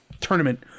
tournament